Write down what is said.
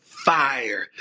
fire